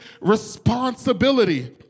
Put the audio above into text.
responsibility